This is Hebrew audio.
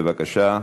בבקשה.